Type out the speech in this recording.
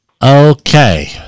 Okay